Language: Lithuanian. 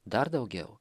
dar daugiau